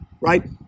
right